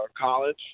college